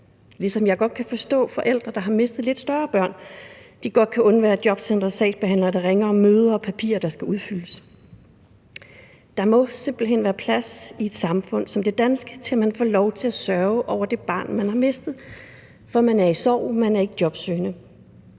ligesom jeg godt kan forstå, at forældre, der har mistet lidt større børn, godt kan undvære jobcenterets sagsbehandlere, der ringer om møder og om papirer, der skal udfyldes. Der må simpelt hen være plads i et samfund som det danske til, at man får lov til at sørge over det barn, man har mistet. For man er i sorg, man er ikke jobsøgende.